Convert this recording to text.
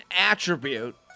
attribute